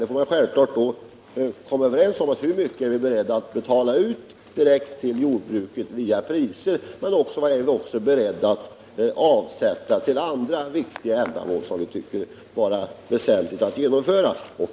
Då får vi självfallet komma överens om hur mycket vi är beredda att betala ut direkt till jordbruket via priserna men också vad vi är beredda att avsätta till andra viktiga ändamål som vi tycker är väsentliga.